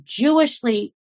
Jewishly